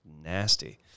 nasty